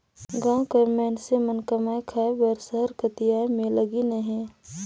गाँव कर मइनसे मन कमाए खाए बर सहर कती आए में लगिन अहें